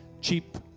cheap